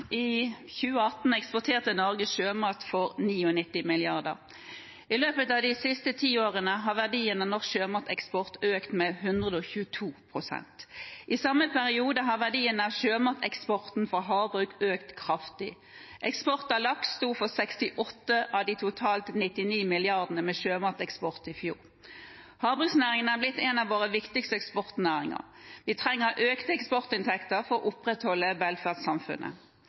I 2018 eksporterte Norge sjømat for 99 mrd. kr. I løpet av de siste ti årene har verdien av norsk sjømateksport økt med 122 pst. I samme periode har verdien av sjømateksporten fra havbruk økt kraftig. Eksport av laks sto for 68 av de totalt 99 milliardene med sjømateksport i fjor. Havbruksnæringen er blitt en av våre viktigste eksportnæringer. Vi trenger økte eksportinntekter for å opprettholde velferdssamfunnet.